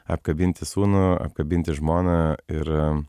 apkabinti sūnų apkabinti žmoną ir